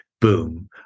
boom